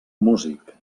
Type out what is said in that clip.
músic